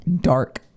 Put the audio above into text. dark